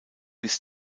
bis